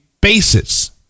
basis